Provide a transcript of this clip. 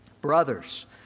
brothers